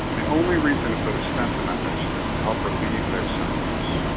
the only reason to put a stent in that patient is to help relieve their symptoms.